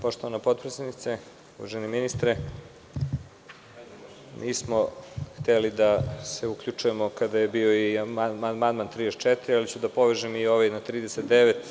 Poštovana potpredsednice, uvaženi ministre, mi smo hteli da se uključujemo kada je bio amandman na 34. ali ću da povežem i ovaj na 39.